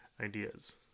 ideas